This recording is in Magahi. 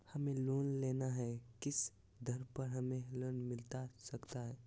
हमें लोन लेना है किस दर पर हमें लोन मिलता सकता है?